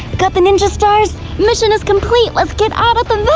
got the ninja stars. mission is complete. let's get out of the